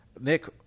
Nick